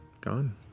gone